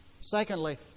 Secondly